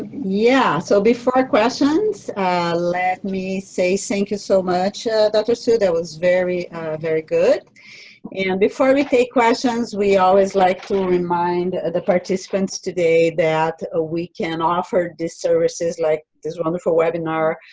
yeah so before questions let me say thank you so much ah dr. tsui, that was very very good and before we take questions, we always like to remind the participants today that ah we can offer this services like this wonderful webinar